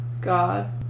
God